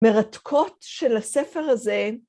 ‫מרתקות של הספר הזה.